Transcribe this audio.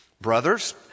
Brothers